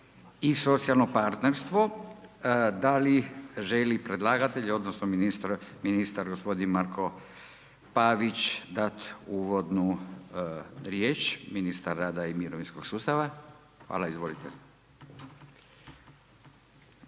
i socijalno partnerstvo. Da li želi predlagatelj, odnosno ministar gospodin Marko Pavić, dat uvodnu riječ, ministar rada i mirovinskog sustava. Hvala, izvolite.